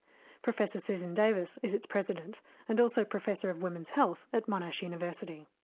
professor susan davis is its president and also professor of women's health at monash university.